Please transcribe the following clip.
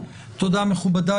תודה, מכובדיי.